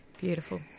Beautiful